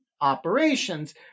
operations